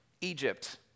Egypt